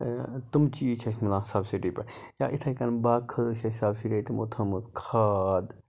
تٕم چیٖز چھِ اَسہِ مِلان سَبسِڈی پٮ۪ٹھ یا یِتھے کَنۍ باقی تِمَو سَبسِڈی تھٲومٕژ کھاد